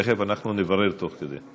תכף נברר, תוך כדי.